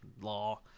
law